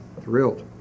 thrilled